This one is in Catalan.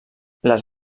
les